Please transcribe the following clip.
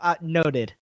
Noted